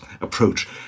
approach